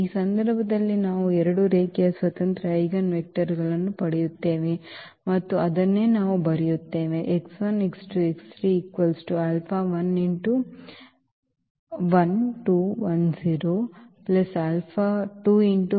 ಈ ಸಂದರ್ಭದಲ್ಲಿ ನಾವು ಎರಡು ರೇಖೀಯ ಸ್ವತಂತ್ರ ಐಜೆನ್ವೆಕ್ಟರ್ಗಳನ್ನು ಪಡೆಯುತ್ತೇವೆ ಮತ್ತು ಅದನ್ನೇ ನಾವು ಬರೆಯುತ್ತೇವೆ